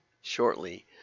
shortly